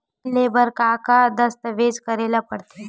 Loan ले बर का का दस्तावेज करेला पड़थे?